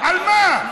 על מה?